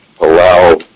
allow